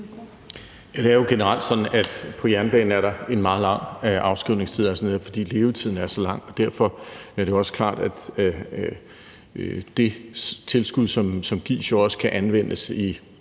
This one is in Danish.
Det er jo generelt sådan, at der på jernbanen er en meget lang afskrivningstid, netop fordi levetiden er så lang. Derfor er det jo også klart, at det tilskud, som gives, også kan anvendes i